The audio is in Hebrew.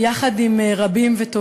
חברי הכנסת, נא לשבת.